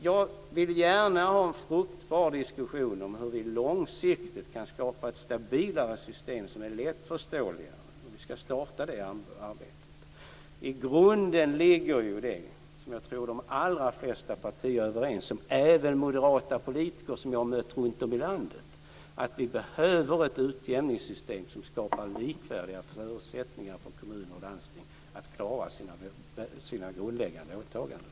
Jag vill gärna ha en fruktbar diskussion om hur vi långsiktigt kan skapa ett stabilare system som är mer lättförståeligt, och vi skall starta det arbetet. I grunden ligger det som jag tror att de allra flesta partier är överens om, även moderata politiker som jag mött runtom i landet, nämligen att vi behöver ett utjämningssystem som skapar likvärdiga förutsättningar för kommuner och landsting att klara sina grundläggande åtaganden.